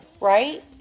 right